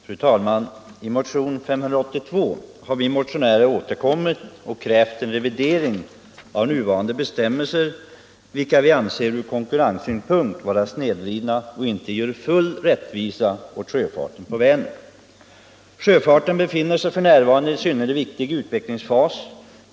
Fru talman! I motionen 582 har vi motionärer återkommit och krävt en revidering av nuvarande bestämmelser, vilka vi från konkurrenssynpunkt anser vara snedvridna och inte ge full rättvisa åt sjöfarten på Vänern. Sjöfarten befinner sig f. n. i en synnerligen viktig utvecklingsfas.